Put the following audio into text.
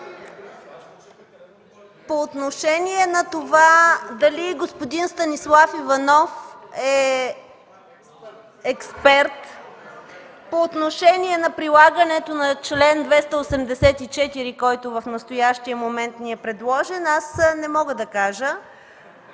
по отношение дали господин Станислав Иванов е експерт по прилагането на чл. 284, който в настоящия момент ни е предложен, аз не мога да кажа.